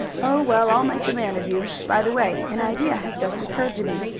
oh, well, i'll make a man of you. by the way, an idea has just occurred to me.